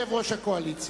ובכך יסתיים סדר-היום היום.